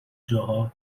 جاها